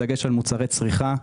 בדגש על מוצרי צריכה,